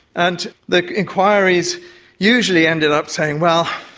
and the inquiries usually ended up saying, well,